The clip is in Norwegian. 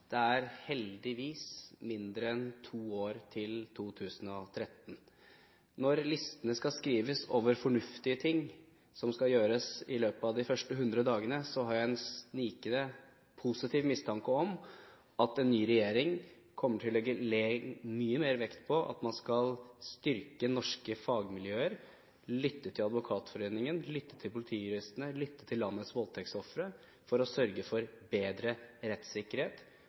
heldigvis mindre enn to år til 2013. Når listene skal skrives over fornuftige ting som skal gjøres i løpet av de første hundre dagene, har jeg en snikende positiv mistanke om at en ny regjering kommer til å legge mye mer vekt på at man skal styrke norske fagmiljøer – lytte til Advokatforeningen, lytte til Politijuristene, lytte til landets voldtektsofre – for å sørge for bedre rettssikkerhet